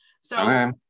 So-